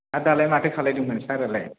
हा दालाय माथो खालायदोंमोन सारालाय